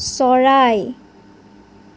চৰাই